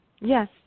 yes